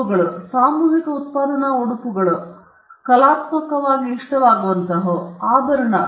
speaker 1 ಹೌದು ಸಾಮೂಹಿಕ ಉತ್ಪಾದನಾ ಉಡುಪುಗಳು ಕಲಾತ್ಮಕವಾಗಿ ಇಷ್ಟವಾಗುವಂತಹವು ಆಭರಣ ಏನು ಮಾಡಬಹುದು